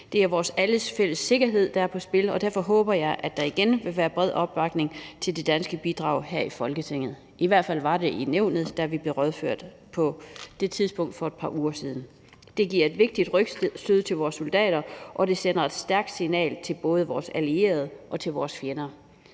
Det er vores alles fælles sikkerhed, der er på spil, og derfor håber jeg, at der igen vil være bred opbakning til det danske bidrag her i Folketinget – i hvert fald var der det i nævnet, da vi blev rådført på det tidspunkt for et par uger siden – det giver et vigtigt rygstød til vores soldater, og det sender et stærkt signal til både vores allierede og til vores fjender.